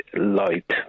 light